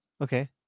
Okay